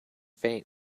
faint